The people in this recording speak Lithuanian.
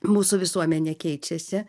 mūsų visuomenė keičiasi